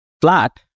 flat